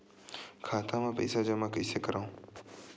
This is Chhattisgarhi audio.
खाता म पईसा जमा कइसे करव?